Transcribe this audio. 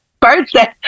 birthday